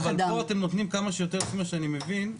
אבל פה אתם נותנים כמה שיותר, לפי מה שאני מבין,